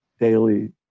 daily